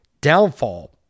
downfall